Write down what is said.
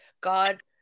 god